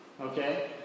Okay